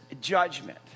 judgment